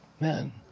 man